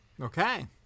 Okay